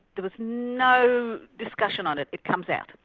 there was no discussion on it. it comes out.